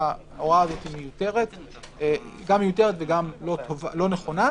שההוראה הזאת מיותרת וגם לא נכונה,